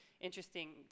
interesting